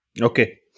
Okay